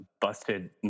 busted